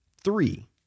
three